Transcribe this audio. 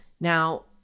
Now